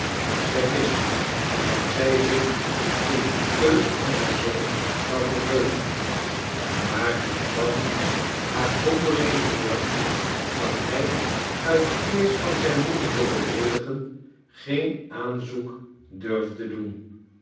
zij wist dat zij zich in de keus van haar zoon zou verheugen maar het kwam haar zonderling voor dat hij uit vrees van zijn moeder te beleedigen geen aanzoek durfde doen